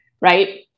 right